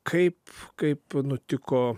kaip kaip nutiko